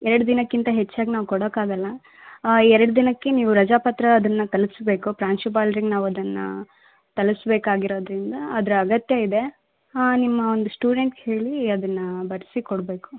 ಎರಡು ದಿನಕ್ಕಿಂತ ಹೆಚ್ಚಾಗಿ ನಾವು ಕೊಡಕ್ಕೆ ಆಗೋಲ್ಲ ಎರಡು ದಿನಕ್ಕೆ ನೀವು ರಜಾ ಪತ್ರ ಅದನ್ನು ತಲ್ಪಿಸ್ಬೇಕು ಪ್ರಾಂಶುಪಾಲ್ರಿಗೆ ನಾವು ಅದನ್ನು ತಲುಪ್ಸ್ ಬೇಕಾಗಿರೋದರಿಂದ ಅದ್ರ ಅಗತ್ಯ ಇದೆ ನಿಮ್ಮ ಒಂದು ಸ್ಟೂಡೆಂಟ್ಗೆ ಹೇಳಿ ಅದನ್ನು ಬರೆಸಿ ಕೊಡಬೇಕು